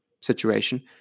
situation